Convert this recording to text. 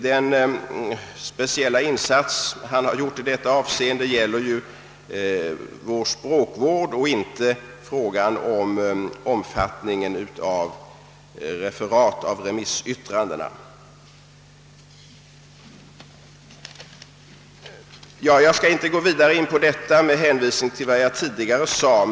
Den speciella insats han gjort gäller språkvården och inte omfattningen av referatet över remissyttrandena. Jag skall inte gå närmare in på saken, med hänvisning till vad jag tidigare sade.